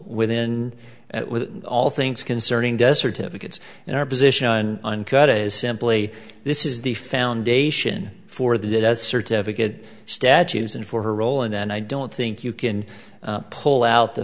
within all things concerning death certificates and our position on uncut is simply this is the foundation for the death certificate statues and for her role and then i don't think you can pull out the